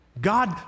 God